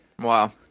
Wow